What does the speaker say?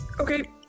Okay